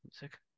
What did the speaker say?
music